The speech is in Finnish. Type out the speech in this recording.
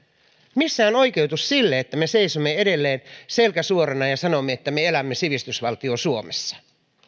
on oikeutus sille että me seisomme edelleen selkä suorana ja sanomme että me elämme sivistysvaltio suomessa